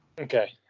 Okay